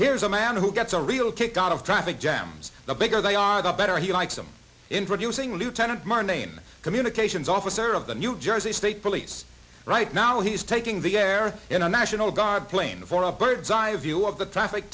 here's a and who gets a real kick out of traffic jams the bigger they are the better he likes them introducing lieutenant mara nane communications officer of the new jersey state police right now he's taking the air in a national guard plane for a bird's eye view of the traffic